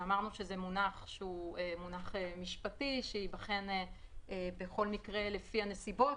אמרנו שזה מונח משפטי שייבחן לפי הנסיבות.